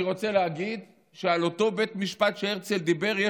אני רוצה להגיד על אותו בית משפט שהרצל דיבר עליו,